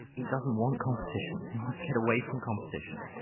it doesn't want competition, it wants to get away from competition.